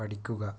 പഠിക്കുക